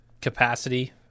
capacity